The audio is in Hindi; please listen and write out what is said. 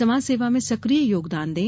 समाज सेवा में सक्रिय योगदान दें